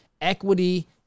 equity